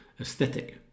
aesthetic